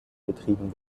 betrieben